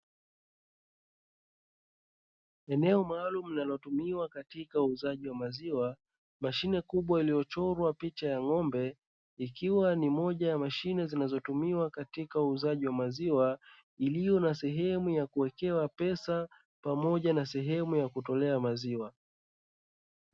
Eneo maalumu linalotumiwa katika uuzaji wa maziwa mashine kubwa iliyochorwa picha ya ng'ombe ikiwa ni moja ya mashine zinazotumiwa katika uuzaji wa maziwa, iliyo na sehemu ya kuwekewa pesa pamoja na sehemu ya kutolea maziwa.